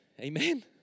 Amen